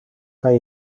kan